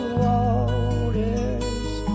waters